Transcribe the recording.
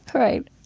right.